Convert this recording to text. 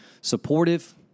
supportive